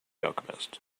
alchemist